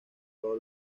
todo